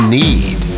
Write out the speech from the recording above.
need